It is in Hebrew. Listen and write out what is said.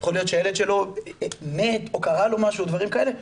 יכול להיות שהילד שלו מת או קרה לו משהו דברים כאלה,